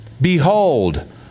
Behold